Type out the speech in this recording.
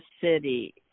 city